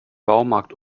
baumarkt